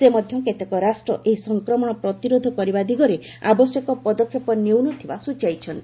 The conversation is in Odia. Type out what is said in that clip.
ସେ ମଧ୍ୟ କେତେକ ରାଷ୍ଟ୍ର ଏହି ସଂକ୍ରମଣ ପ୍ରତିରୋଧ କରିବା ଦିଗରେ ଆବଶ୍ୟକ ପଦକ୍ଷେପ ନେଉଥିବା ସ୍କଚାଇଛନ୍ତି